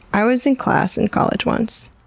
i was in class in college once,